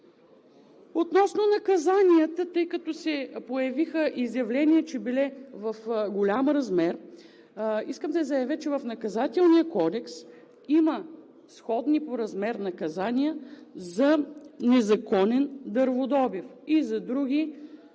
Относно наказанията, тъй като се появиха изявления, че били в голям размер, искам да заявя, че в Наказателния кодекс има сходни по размер наказания за незаконен дърводобив и за други